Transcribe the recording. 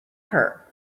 her